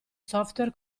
software